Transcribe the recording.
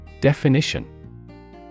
Definition